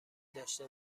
داشته